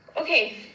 Okay